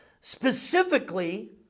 Specifically